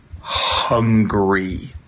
hungry